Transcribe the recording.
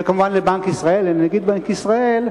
וכמובן לבנק ישראל ולנגיד בנק ישראל,